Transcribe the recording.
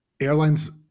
Airlines